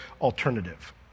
alternative